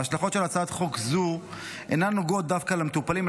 ההשלכות של הצעת חוק זו אינן נוגעות דווקא למטופלים,